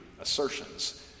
assertions